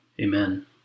amen